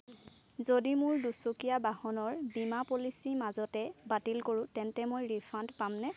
যদি মোৰ দুচকীয়া বাহনৰ বীমা পলিচী মাজতে বাতিল কৰোঁ তেন্তে মই ৰিফাণ্ড পামনে